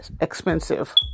expensive